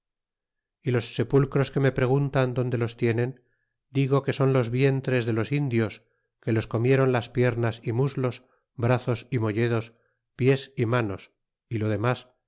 y los sepulcros que me preguntan donde los tienen digo que son los vientres de los indios que los comieron las piernas y muslos brazos y molledos pies y manos y lo demas